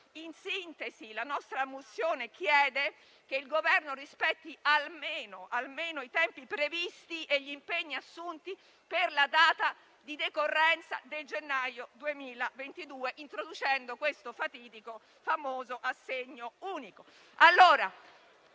In sintesi, la nostra mozione chiede che il Governo rispetti almeno i tempi previsti e gli impegni assunti per la data di decorrenza del gennaio 2022, introducendo il fatidico, famoso assegno unico